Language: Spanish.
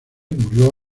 murió